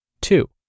Two